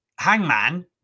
hangman